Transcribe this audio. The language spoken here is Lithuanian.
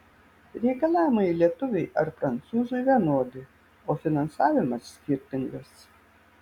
reikalavimai lietuviui ar prancūzui vienodi o finansavimas skirtingas